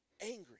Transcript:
angry